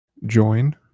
join